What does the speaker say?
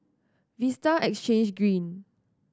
Vista Exhange Green